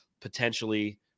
potentially